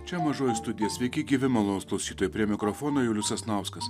čia mažoji studija sveiki gyvi malonūs klausytojai prie mikrofono julius sasnauskas